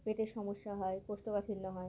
পেটের সমস্যা হয় কোষ্ঠকাঠিন্য হয়